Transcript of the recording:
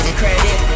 credit